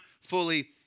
fully